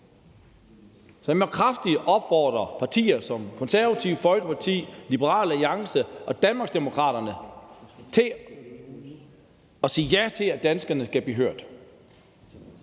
Så jeg vil kraftigt opfordre partier som Det Konservative Folkeparti, Liberal Alliance og Danmarksdemokraterne til at sige ja til, at danskerne skal blive hørt.